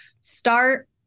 Start